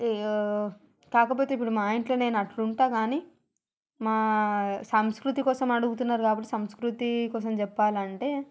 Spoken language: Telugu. కాకపోతే ఇప్పుడు మా ఇంట్లో నేనట్లుంటగాని మా సంస్కృతి కోసం అడుగుతున్నారు కాబట్టి సంస్కృతి కోసం చెప్పాలంటే